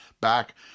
back